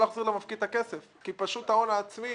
להיות שפקידים בכירים באשר הם --- שיקול דעת של שר האוצר שהוא